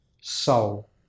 soul